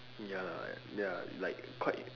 ya lah ya like quite